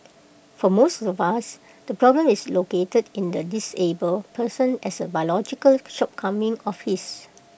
for most of us the problem is located in the disabled person as A biological shortcoming of his